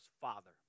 Father